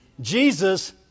Jesus